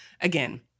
again